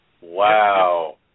Wow